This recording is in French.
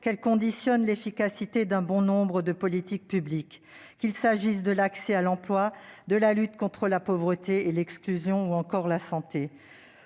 qu'elle conditionne l'efficacité d'un bon nombre de politiques publiques, qu'il s'agisse de l'accès à l'emploi, de la lutte contre la pauvreté et l'exclusion ou encore de la santé.